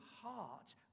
heart